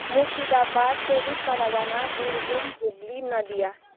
मुर्सिदाबाद चौबिस परगना वीरभूम हुगली नदिया